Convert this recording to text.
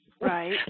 Right